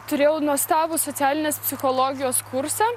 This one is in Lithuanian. turėjau nuostabų socialinės psichologijos kursą